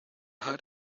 hot